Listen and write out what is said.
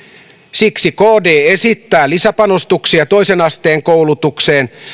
siksi kd esittää lisäpanostuksia toisen asteen koulutukseen